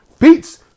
beats